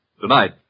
Tonight